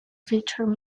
featured